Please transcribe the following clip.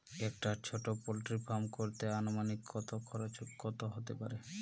একটা ছোটো poultry farm করতে আনুমানিক কত খরচ কত হতে পারে?